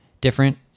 different